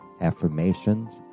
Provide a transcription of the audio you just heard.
affirmations